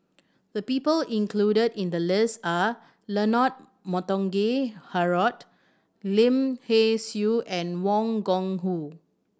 the people included in the list are Leonard Montague Harrod Lim Hay Siu and Wang Gungwu